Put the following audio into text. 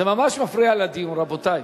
זה ממש מפריע לדיון, רבותי.